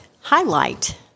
highlight